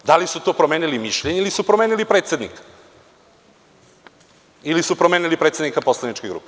Da li su to promenili mišljenje ili su promenili predsednika ili su promenili predsednika poslaničke grupe?